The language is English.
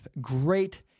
great